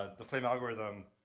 the flame algorithm,